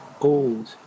old